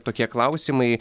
tokie klausimai